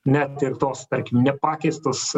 net ir tos tarkim nepakeistos